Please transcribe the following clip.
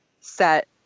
set